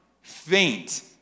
faint